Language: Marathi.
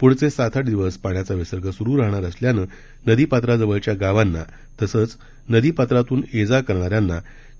प्ढचे सात आठ दिवस पाण्याचा विसर्ग स्रू राहणार असल्यानं नदीपात्राजवळच्या गावांना तसंच नदीपात्रातून ये जा करणाऱ्यांना